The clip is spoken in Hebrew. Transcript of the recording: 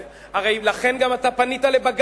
אתה מודה בזה.